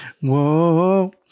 whoa